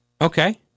Okay